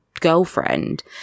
girlfriend